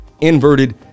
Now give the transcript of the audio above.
inverted